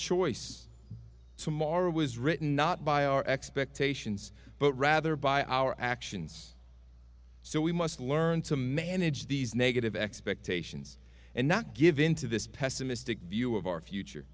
choice tomorrow was written not by our expectations but rather by our actions so we must learn to manage these negative expectations and not give into this pessimistic view of our future